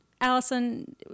Allison